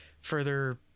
further